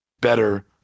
better